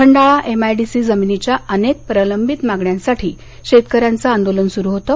Khandala MIDC जमिनीच्या अनेक प्रलंबित मागण्यांसाठी शेतकऱ्यांचं आंदोलन सुरु होतं